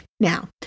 Now